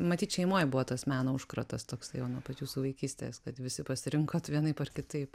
matyt šeimoj buvo tas meno užkratas toks jau nuo pat jūsų vaikystės kad visi pasirinkot vienaip ar kitaip